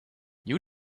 you